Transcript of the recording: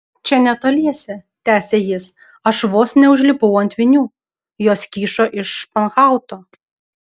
čia netoliese tęsė jis aš vos neužlipau ant vinių jos kyšo iš španhauto